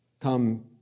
Come